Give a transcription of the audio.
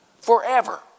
forever